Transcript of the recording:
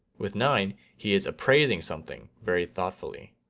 with nine, he is appraising something very thoughtfully.